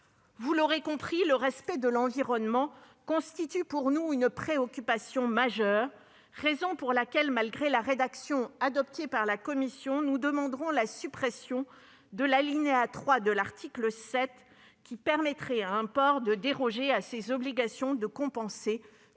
Vous l'aurez compris, le respect de l'environnement constitue une préoccupation majeure. C'est la raison pour laquelle, malgré la nouvelle rédaction adoptée par la commission, nous demanderons la suppression de l'alinéa 3 de l'article 7, qui permettrait à un port de déroger à ses obligations de compenser